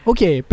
Okay